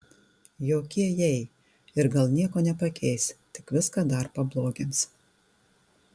jokie jei ir gal nieko nepakeis tik viską dar pablogins